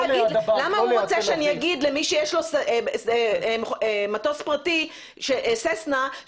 למה הוא רוצה שאני אגיד למי שיש לו מטוס פרטי מסוג ססנה,